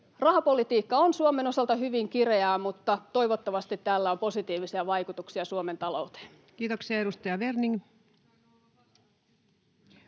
Rahapolitiikka on Suomen osalta hyvin kireää, mutta toivottavasti tällä on positiivisia vaikutuksia Suomen talouteen. [Eveliina